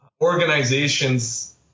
Organizations